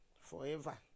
forever